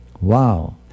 Wow